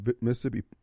Mississippi